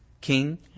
king